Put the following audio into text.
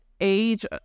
age